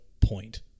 point